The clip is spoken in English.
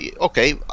okay